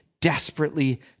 desperately